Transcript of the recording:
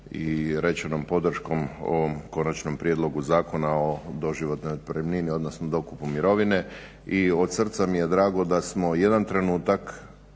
i rečenom podrškom ovom Konačnom prijedlogu zakona o doživotnoj otpremnini, odnosno dokupu mirovine i od srca mi je drago da smo jedan trenutak